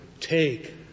take